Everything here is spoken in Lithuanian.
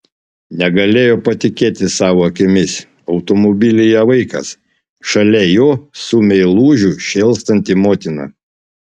negalėjo patikėti savo akimis automobilyje vaikas šalia jo su meilužiu šėlstanti motina